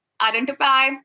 identify